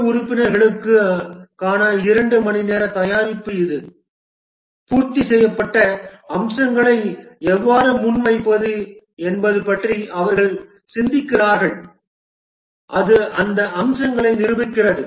குழு உறுப்பினர்களுக்கான 2 மணிநேர தயாரிப்பு இது பூர்த்தி செய்யப்பட்ட அம்சங்களை எவ்வாறு முன்வைப்பது என்பது பற்றி அவர்கள் சிந்திக்கிறார்கள் அது அந்த அம்சங்களை நிரூபிக்கிறது